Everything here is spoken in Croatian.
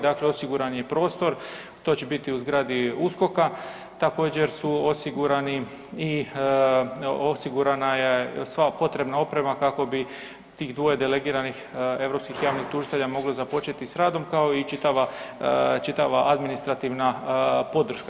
Dakle, osiguran je prostor, to će biti u zgradi USKOK-a, također, su osigurani i, osigurana je sva potrebna oprema kako bi tih dvoje delegiranih europskih javnih tužitelja moglo započeti s radom, kao i čitava administrativna podrška.